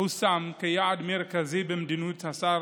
הושם כיעד מרכזי במדיניות השר